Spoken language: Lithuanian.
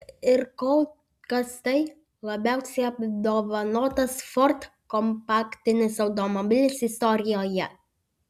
ir kol kas tai labiausiai apdovanotas ford kompaktinis automobilis istorijoje